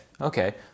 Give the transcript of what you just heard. Okay